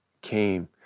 came